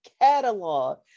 catalog